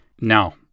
Now